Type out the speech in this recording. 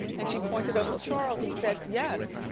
and she pointed over to charles and said, yes.